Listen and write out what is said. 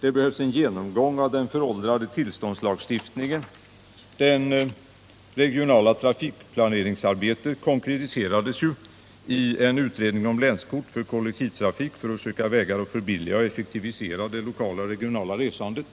Det behövs en genomgång av den föråldrade tillståndslagstiftningen. Det regionala trafikplaneringsarbetet konkretiserades ju i en utredning om länskort för kollektivtrafik för att söka vägar att förbilliga och effektivisera det lokala och regionala resandet.